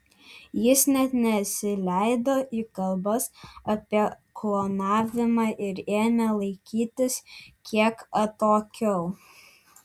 jis net nesileido į kalbas apie klonavimą ir ėmė laikytis kiek atokiau